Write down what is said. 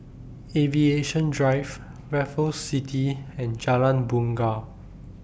Aviation Drive Raffles City and Jalan Bungar